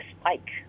spike